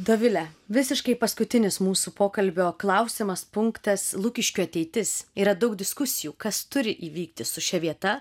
dovile visiškai paskutinis mūsų pokalbio klausimas punktas lukiškių ateitis yra daug diskusijų kas turi įvykti su šia vieta